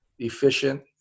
efficient